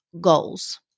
goals